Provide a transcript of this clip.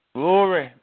Glory